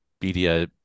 media